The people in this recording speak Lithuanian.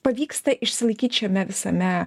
pavyksta išsilaikyt šiame visame